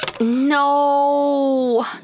No